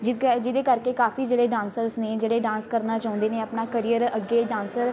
ਜਿ ਕ ਜਿਹਦੇ ਕਰਕੇ ਕਾਫੀ ਜਿਹੜੇ ਡਾਂਸਰਸ ਨੇ ਜਿਹੜੇ ਡਾਂਸ ਕਰਨਾ ਚਾਹੁੰਦੇ ਨੇ ਆਪਣਾ ਕਰੀਅਰ ਅੱਗੇ ਡਾਂਸਰ